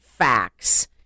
facts